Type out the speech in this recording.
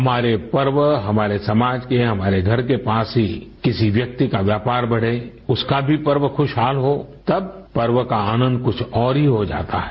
हमारे पर्व हमारे समाज को हमारे घर के पास ही किसी व्यक्ति का व्यापार बढ़े उसका भी पर्व खुशहाल हो तब पर्व का आनंद कुछ और ही हो जाता है